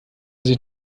sich